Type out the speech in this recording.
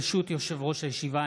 ברשות יושב-ראש הישיבה,